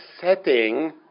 setting